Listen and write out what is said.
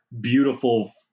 beautiful